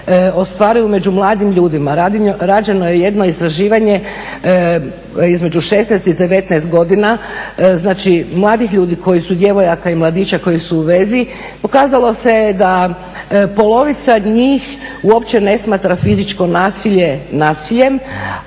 ostvaruju među mladim ljudima. Rađeno je jedno istraživanje između 16 i 19 godina. Znači mladih ljudi koji su djevojaka i mladića koji su u vezi. Pokazalo se je da polovica njih uopće ne smatra fizičko nasilje nasiljem,